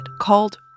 called